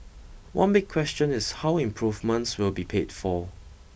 one big question is how improvements will be paid for